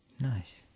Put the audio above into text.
Nice